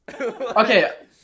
Okay